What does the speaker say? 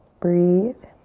breathe.